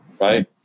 Right